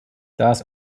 das